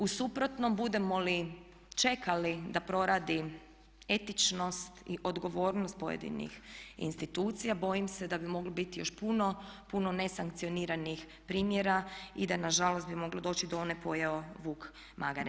U suprotnom budemo li čekali da proradi etičnost i odgovornost pojedinih institucija bojim se da bi moglo biti još puno, puno nesankcioniranih primjera i da nažalost bi moglo doći do one "pojeo vuk magare"